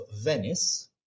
Venice